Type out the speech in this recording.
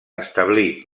establí